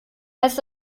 heißt